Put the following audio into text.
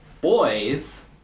boys